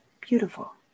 beautiful